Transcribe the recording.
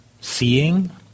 seeing